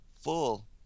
full